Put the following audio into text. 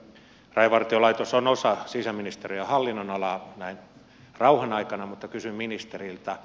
rajavartiolaitos on osa sisäministeriön hallinnonalaa näin rauhan aikana mutta kysyn ministeriltä